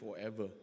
forever